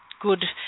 good